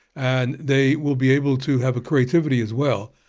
and they will be able to have a creativity as well,